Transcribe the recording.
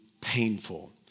painful